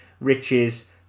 riches